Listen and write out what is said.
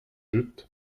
deuet